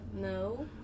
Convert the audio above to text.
No